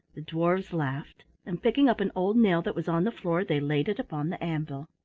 the dwarfs laughed, and picking up an old nail that was on the floor they laid it upon the anvil.